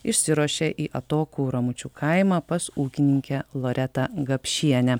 išsiruošė į atokų ramučių kaimą pas ūkininkę loretą gapšienę